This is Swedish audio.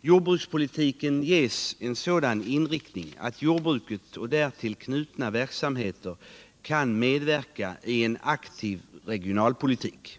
Jordbruket ges en sådan inriktning att jordbruket och därtill knutna verksamheter kan medverka i en aktiv regionalpolitik.